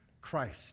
Christ